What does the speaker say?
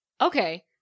Okay